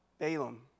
Balaam